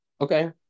Okay